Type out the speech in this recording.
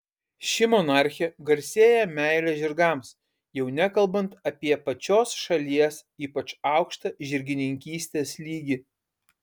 ši monarchė garsėja meile žirgams jau nekalbant apie pačios šalies ypač aukštą žirgininkystės lygį